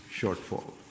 shortfall